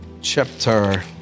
chapter